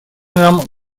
нам